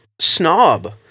snob